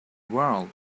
world